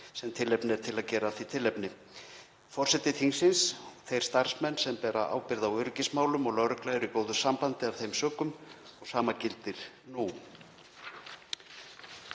sem ástæða er til að gera af því tilefni. Forseti þingsins, þeir starfsmenn sem bera ábyrgð á öryggismálum og lögregla eru í góðu sambandi af þeim sökum og sama gildir nú.